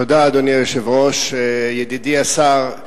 אדוני היושב-ראש, תודה, ידידי השר,